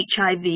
HIV